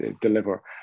deliver